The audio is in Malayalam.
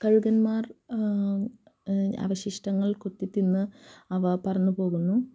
കഴുകന്മാർ അവശിഷ്ടങ്ങൾ കൊത്തിത്തിന്ന് അവ പറന്നു പോകുന്നു